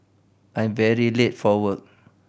I'm very late for work